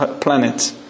planet